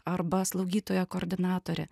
arba slaugytoja koordinatorė